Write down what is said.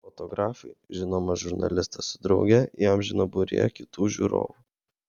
fotografai žinomą žurnalistą su drauge įamžino būryje kitų žiūrovų